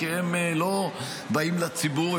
הם לא באים לציבור,